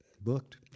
booked